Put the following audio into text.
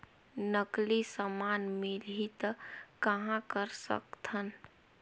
नकली समान मिलही त कहां कर सकथन?